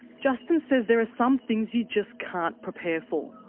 justin says there are some things you just can't prepare for.